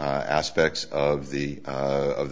the aspects of the